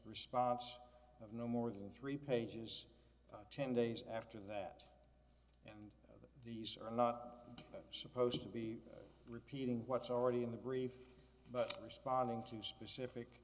response of no more than three pages ten days after that these are not supposed to be repeating what's already in the brief but responding to specific